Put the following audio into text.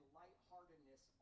lightheartedness